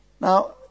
Now